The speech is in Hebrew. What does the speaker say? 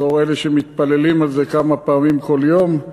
בתור אלה שמתפללים על זה כמה פעמים כל יום.